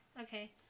Okay